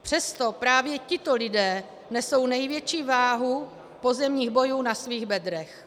Přesto právě tito lidé nesou největší váhu pozemních bojů na svých bedrech.